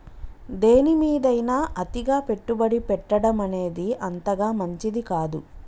దేనిమీదైనా అతిగా పెట్టుబడి పెట్టడమనేది అంతగా మంచిది కాదు